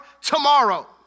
tomorrow